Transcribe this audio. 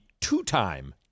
two-time